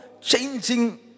changing